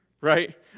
right